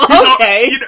okay